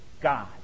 God